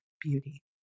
beauty